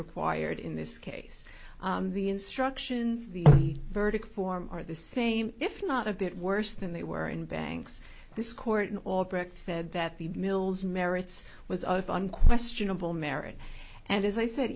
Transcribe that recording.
required in this case the instructions the verdict form are the same if not a bit worse than they were in banks this court in albrecht said that the mills merits was of on questionable merit and as i said